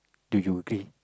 do you agree